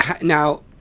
Now